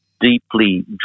deeply